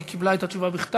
היא קיבלה את התשובה בכתב,